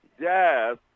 Yes